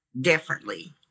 differently